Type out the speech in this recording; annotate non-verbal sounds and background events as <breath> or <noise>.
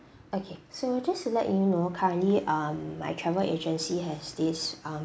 <breath> okay so just to let you know currently um my travel agency has this um